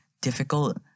difficult